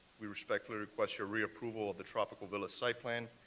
we respectfully request your reapproval of the tropical villas site plan,